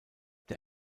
der